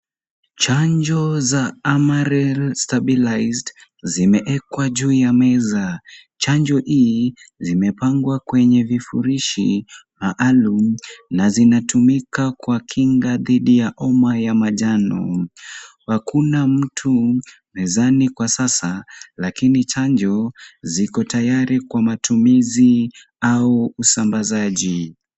Chanjo za Amaril Stabilised zimeeekwa juu ya meza. Chanjo hii zimepangwa kwenye vifurishi maalum na zinatumika kwa kinga dhidi ya homa ya manjano. Hakuna mtu mezani kwa sasa, lakini chanjo ziko tayari kwa matumizi au usambazaji.